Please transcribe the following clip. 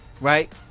Right